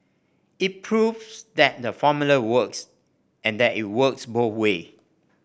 it proves that the formula works and that it works both way